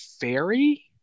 fairy